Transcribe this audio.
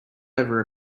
over